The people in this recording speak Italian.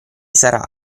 sarà